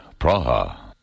Praha